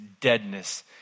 deadness